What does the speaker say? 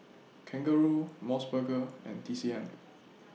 Kangaroo Mos Burger and T C M